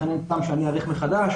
לכן אין טעם שאני אאריך מחדש.